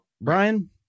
Brian